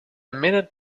minute